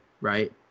right